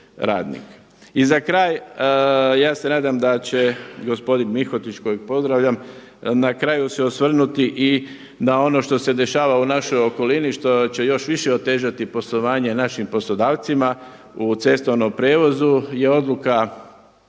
I za kraj, ja se nadam da će gospodin Mihotić kojeg pozdravljam, na kraju se osvrnuti i na ono što se dešava u našoj okolini, što će još više otezati poslovanje našim poslodavcima u cestovnom prijevozu je odluka